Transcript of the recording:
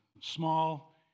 small